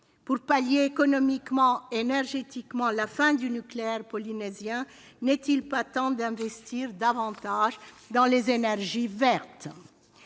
Pour pallier économiquement et énergétiquement la fin du nucléaire polynésien, n'est-il pas temps d'investir davantage dans les énergies vertes ?